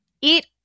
eat